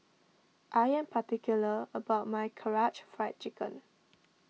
I am particular about my Karaage Fried Chicken